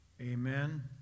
Amen